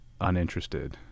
uninterested